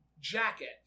jacket